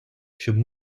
щоб